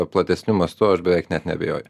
platesniu mastu aš beveik net neabejoju